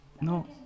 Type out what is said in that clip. no